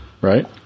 right